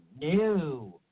new